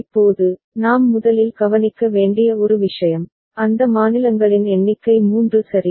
இப்போது நாம் முதலில் கவனிக்க வேண்டிய ஒரு விஷயம் அந்த மாநிலங்களின் எண்ணிக்கை 3 சரி